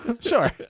Sure